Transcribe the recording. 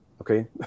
okay